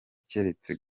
keretse